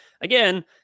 again